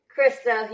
Krista